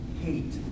Hate